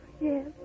yes